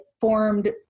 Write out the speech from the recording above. formed